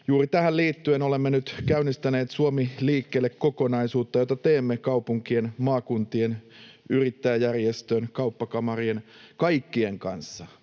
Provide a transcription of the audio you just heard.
Juuri tähän liittyen olemme nyt käynnistäneet Suomi liikkeelle -kokonaisuutta, jota teemme kaupunkien, maakuntien, yrittäjäjärjestön, kauppakamarien, kaikkien kanssa.